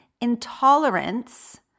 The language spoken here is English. intolerance